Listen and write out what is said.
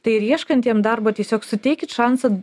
tai ir ieškantiem darbo tiesiog suteikit šansą